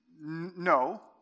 No